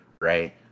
right